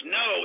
no